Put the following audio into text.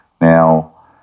Now